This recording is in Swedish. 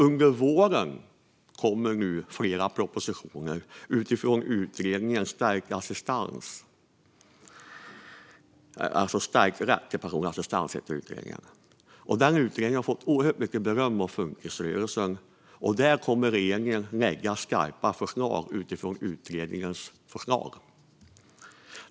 Under våren kommer fler propositioner utifrån utredningen Stärkt rätt till personlig assistans , en utredning som fått oerhört mycket beröm av funkisrörelsen. Regeringen kommer att lägga fram skarpa lagförslag utifrån utredningens förslag.